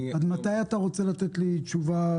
עד מתי אתה רוצה לתת לי תשובה?